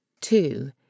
Two